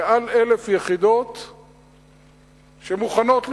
שמוכנות לשיווק,